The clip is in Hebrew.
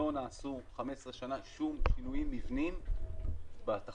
לא נעשו 15 שנה שום שינויים מבניים בתחרות.